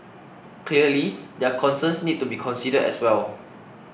clearly their concerns need to be considered as well